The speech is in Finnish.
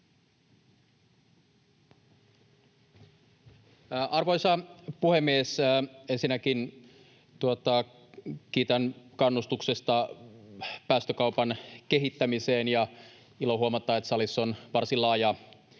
Arvoisa puhemies! Ensinnäkin kiitän kannustuksesta päästökaupan kehittämiseen. On ilo huomata, että salissa on varsin laaja